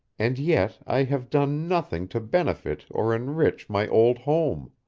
and yet i have done nothing to benefit or enrich my old home.